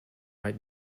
might